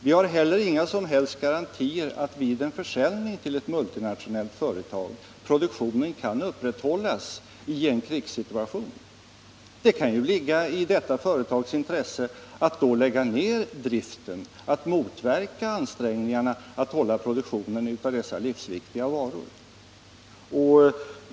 Vid en försäljning till ett multinationellt företag har vi inte heller några som helst garantier för att produktionen kan upprätthållas i en krigssituation. Det kan ju ligga i detta företags intresse att lägga ned driften, att motverka ansträngningarna att upprätthålla produktionen av dessa livsviktiga varor.